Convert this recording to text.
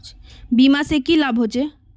बीमा से की लाभ होचे?